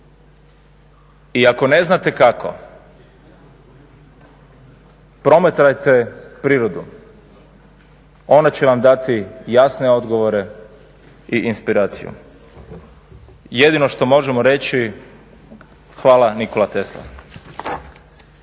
I ako ne znate kako, promatrajte prirodu, ona će vam dati jasne odgovore i inspiraciju". Jedino što možemo reći, hvala Nikola Tesla.